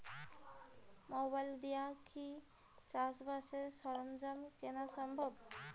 Mobile দিয়া কি চাষবাসের সরঞ্জাম কিনা সম্ভব?